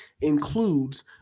includes